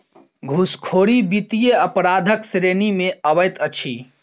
घूसखोरी वित्तीय अपराधक श्रेणी मे अबैत अछि